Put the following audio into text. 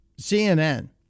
cnn